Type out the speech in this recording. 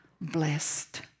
blessed